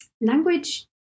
language